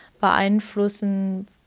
beeinflussen